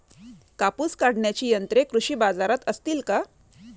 कापूस काढण्याची यंत्रे कृषी बाजारात असतील का?